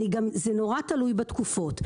זה גם נורא תלוי בתקופות,